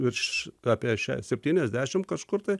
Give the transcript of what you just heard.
virš apie šia septyniasdešim kažkur tai